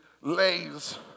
lays